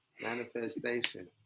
manifestation